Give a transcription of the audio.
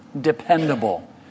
dependable